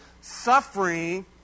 suffering